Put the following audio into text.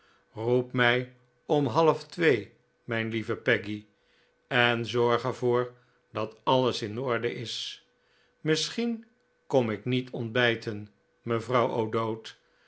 roep mij om half twee mijn lieve peggy en zorg er voor dat alles in orde is misschien kom ik niet ontbijten mevrouw o'dowd